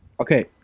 okay